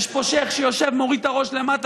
יש פה שייח' שיושב, מוריד את הראש למטה.